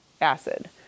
acid